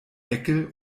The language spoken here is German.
eckel